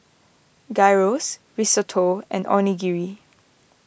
Gyros Risotto and Onigiri